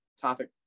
topic